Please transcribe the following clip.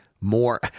more